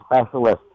specialist